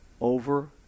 over